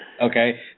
Okay